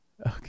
Okay